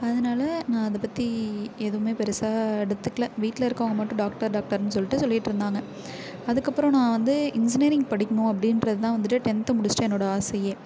அதனால் நான் அதை பற்றி எதுவுமே பெருசாக எடுத்துக்கலை வீட்டில் இருக்கறவங்க மட்டும் டாக்டர் டாக்டர்ன்னு சொல்லிட்டு சொல்லிகிட்டு இருந்தாங்க அதுக்கப்புறம் நான் வந்து இன்ஜினியரிங் படிக்கணும் அப்படின்றதுதான் வந்துட்டு டென்த் முடிச்சுட்டு என்னோடய ஆசையே